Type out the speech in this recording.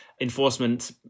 enforcement